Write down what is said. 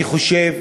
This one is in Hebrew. אני חושב,